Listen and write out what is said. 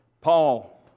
Paul